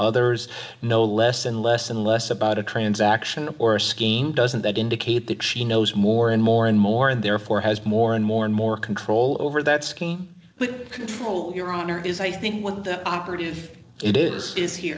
others know less and less and less about a transaction or a scheme doesn't that indicate that she knows more and more and more and therefore has more and more and more control over that scheme but control your honor is i think what the operative it is is he